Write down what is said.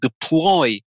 deploy